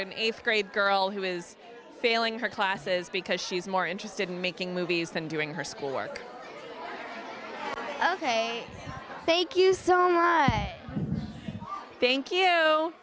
an eighth grade girl who is failing her classes because she's more interested in making movies than doing her schoolwork ok thank you so much thank you